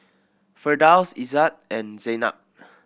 Firdaus Izzat and Zaynab